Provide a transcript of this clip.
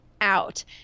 Out